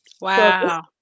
Wow